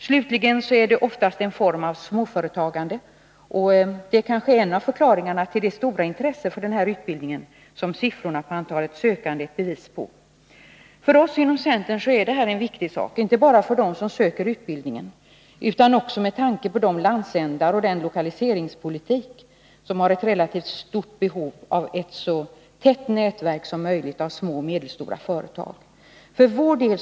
Slutligen är det fråga om någon form av småföretagande, och det är kanske en av förklaringarna till det stora intresse för utbildningen som siffrorna för antalet sökande är bevis på. För oss inom centern är det här en viktig fråga, inte bara med tanke på dem som söker utbildningen utan också med tanke på lokaliseringspolitiken och de berörda landsändarna, där man har behov av ett så tätt nätverk av små och medelstora företag som möjligt.